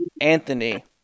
Anthony